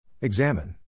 Examine